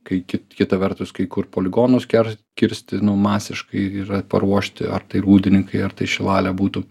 kai ki kita vertus kai kur poligonus ker kirsti nu masiškai yra paruošti ar tai rūdininkai ar tai šilalė būtų